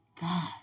God